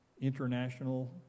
international